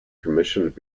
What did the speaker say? commissioned